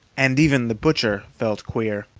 and even the butcher felt queer.